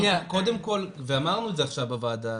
קודם כל אמרנו את זה עכשיו בוועדה,